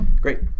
great